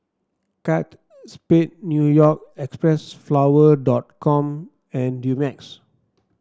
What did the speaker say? Kate Spade New York Xpressflower dot com and Dumex